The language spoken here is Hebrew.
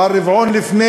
והרבעון לפני,